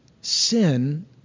Sin